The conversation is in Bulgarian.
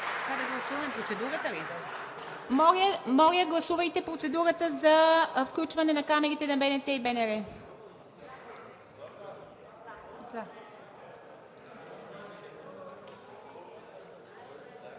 Моля, гласувайте процедурата за включване на камерите на БНТ и БНР.